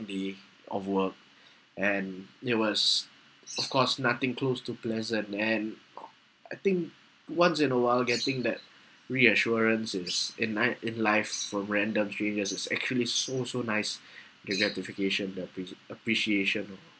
being off work and it was of course nothing close to pleasant and I think once in a while getting that reassurance is in my in life for a random stranger it's actually so so nice can get gratification that appre~ appreciation ah